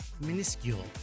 Minuscule